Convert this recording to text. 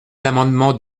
l’amendement